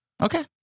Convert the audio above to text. Okay